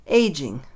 aging